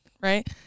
Right